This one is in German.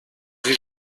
sie